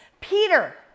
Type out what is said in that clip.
Peter